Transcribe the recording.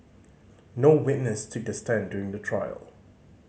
no witness took the stand during the trial